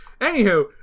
anywho